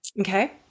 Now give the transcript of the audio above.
Okay